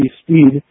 speed